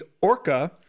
Orca